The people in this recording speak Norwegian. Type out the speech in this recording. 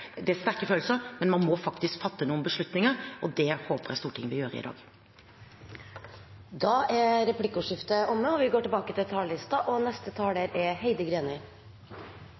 det er sterke følelser, men man må faktisk fatte noen beslutninger. Det håper jeg Stortinget vil gjøre i dag. Replikkordskiftet er omme.